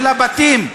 של הבתים,